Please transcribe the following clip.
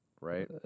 right